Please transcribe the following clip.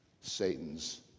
Satan's